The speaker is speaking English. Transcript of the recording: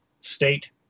state